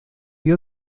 dio